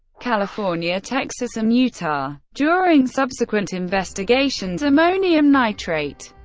california, texas, and utah. during subsequent investigations, ammonium nitrate,